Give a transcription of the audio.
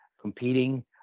competing